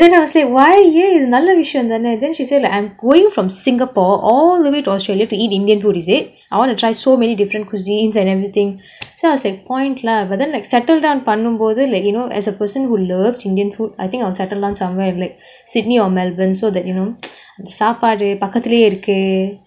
and then I will say why என் இது நல்ல விஷயம் தானே:en ithu nalla vishayam thaanae then she say I'm going from singapore all the way to australia to eat indian food is it I want to try so many different cuisines and everything so I was a point lah but then like settle down பண்ணும்போது:panumpothu like you know as a person who loves indian food I think ill settle down somewhere in like sydney or melbourne so that you know சாப்பாடு பக்கத்துலேயே இருக்கு:saapaadu pakkathulayae iruku